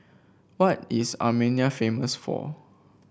what is Armenia famous for